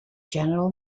general